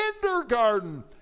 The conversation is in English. Kindergarten